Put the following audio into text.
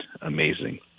amazing